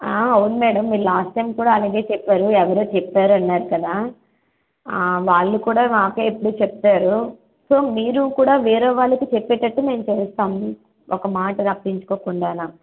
అవును మేడం మీరు last time కూడా అలాగే చెప్పారు ఎవరో చెప్పారు అన్నారు కదా వాళ్ళు కూడా మాకు ఎప్పుడు చెప్తారు సో మీరు కూడా వేరే వాళ్ళకి చెప్పేటట్టు మేము చేస్తాం ఒక మాట తప్పించుకోకుండా అలా